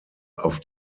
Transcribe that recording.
auf